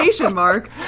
mark